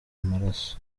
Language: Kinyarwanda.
amaraso